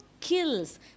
kills